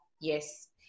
yes